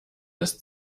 ist